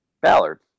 Ballard